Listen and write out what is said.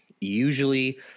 usually